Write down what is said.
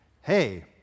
hey